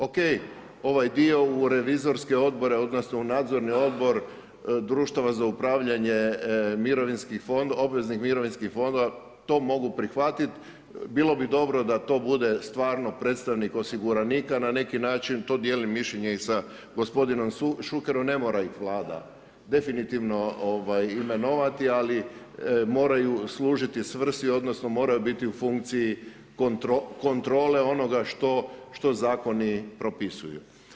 Ok ovaj dio u revizorske odbore odnosno u Nadzorni odbor društava za upravljanje obveznih mirovinskih fondova, to mogu prihvatiti, bilo bi dobro da to bude stvarno predstavnik osiguranika na neki način, to dijelim mišljenje i sa gospodinom Šukerom, ne mora ih Vlada definitivno imenovati, ali moraju služiti svrsi odnosno moraju biti u funkciji kontrole onoga što Zakoni propisuju.